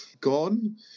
gone